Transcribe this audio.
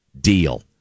Deal